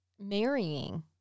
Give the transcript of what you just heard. marrying